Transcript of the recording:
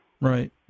Right